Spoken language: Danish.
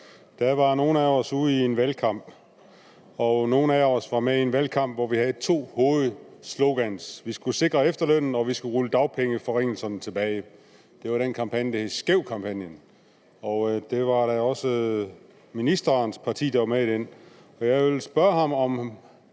Da var nogle af os ude i en valgkamp, og nogle af os var med i en valgkamp med to hovedslogans. Vi skulle sikre efterlønnen, og vi skulle rulle dagpengeforringelserne tilbage. Det var den kampagne, der hed SKÆVT-kampagnen, og også ministerens parti var med i den. Jeg vil spørge ham, om